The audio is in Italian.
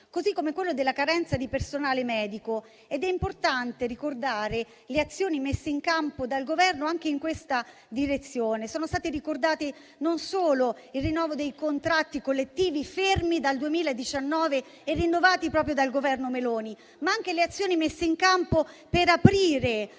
così come quello della carenza di personale medico. Ed è importante ricordare le azioni messe in campo dal Governo anche in questa direzione. Sono stati ricordati non solo il rinnovo dei contratti collettivi fermi dal 2019 e rinnovati proprio dal Governo Meloni, ma anche le azioni messe in campo per aprire